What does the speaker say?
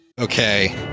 Okay